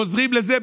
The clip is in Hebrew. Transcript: חוזרים לזה,